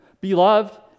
Beloved